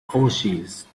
oasis